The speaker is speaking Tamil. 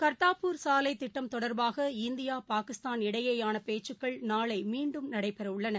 கர்த்தாப்பூர் சாலைதிட்டம் தொடர்பாக இந்தியா பாகிஸ்தான் இடையேயானபேச்சுக்கள் நாளைமீண்டும ்நடைபெறவுள்ளன